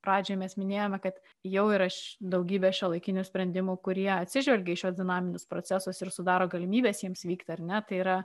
pradžioje mes minėjome kad jauyra daugybė šiuolaikinių sprendimų kurie atsižvelgia į šiuos dinaminius procesus ir sudaro galimybes jiems vykti ar ne tai yra